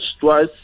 twice